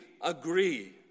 agree